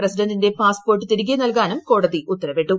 പ്രസിഡന്റിന്റെ പാസ്പോർട്ട് തിരികെ നൽകാനും കോടതി ഉത്തരവിട്ടു